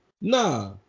nah